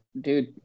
Dude